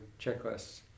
checklists